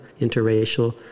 interracial